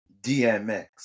DMX